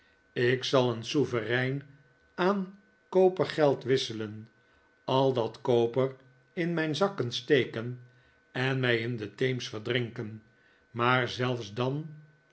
ik zal een sovereign aan kopergeld wisselen al dat koper in mijn zakken steken en mij in den theems verdrinken maar zelfs dan